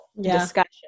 discussion